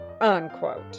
unquote